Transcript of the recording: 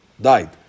died